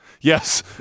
Yes